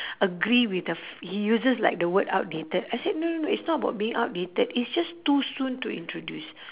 agree with the f~ he uses like the word outdated I said no no no it's not about being outdated it's just too soon to introduce